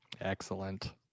excellent